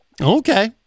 Okay